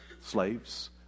slaves